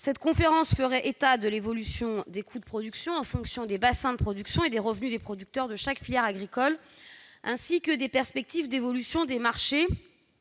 Cette conférence ferait état de l'évolution des coûts de production en fonction des bassins de production et des revenus des producteurs de chaque filière agricole, ainsi que des perspectives d'évolution des marchés